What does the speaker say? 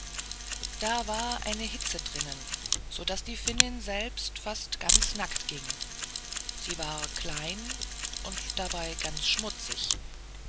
da war eine hitze drinnen sodaß die finnin selbst fast ganz nackt ging sie war klein und dabei ganz schmutzig